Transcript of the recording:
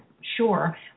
sure